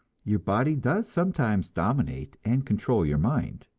your body does sometimes dominate and control your mind.